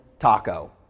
Taco